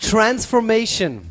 Transformation